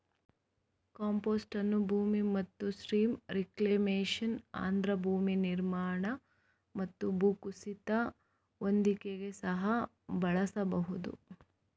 compost ಅನ್ನು ಭೂಮಿ ಮತ್ತು ಸ್ಟ್ರೀಮ್ ರಿಕ್ಲೇಮೇಶನ್, ಆರ್ದ್ರ ಭೂಮಿ ನಿರ್ಮಾಣ ಮತ್ತು ಭೂಕುಸಿತದ ಹೊದಿಕೆಗೆ ಸಹ ಬಳಸಬಹುದು